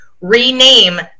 rename